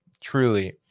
truly